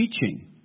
teaching